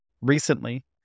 Recently